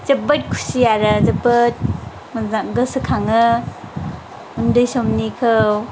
जोबोद खुसि आरो जोबोद मोजां गोसोखाङो उन्दै समनिखौ